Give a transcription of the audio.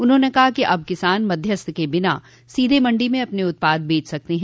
उन्होंने कहा कि अब किसान मध्यस्थ के बिना सीधे मंडी में अपने उत्पाद बेच सकते हैं